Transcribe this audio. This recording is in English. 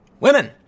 Women